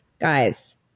Guys